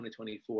2024